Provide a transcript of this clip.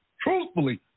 truthfully